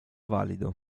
valido